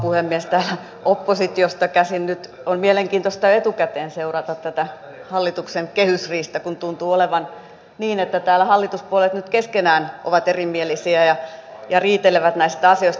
täältä oppositiosta käsin nyt on mielenkiintoista etukäteen seurata tätä hallituksen kehysriihtä kun tuntuu olevan niin että täällä hallituspuolueet nyt keskenään ovat erimielisiä ja riitelevät näistä asioista